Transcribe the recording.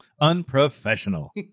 unprofessional